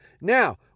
Now